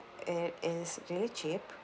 it is really cheap